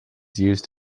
used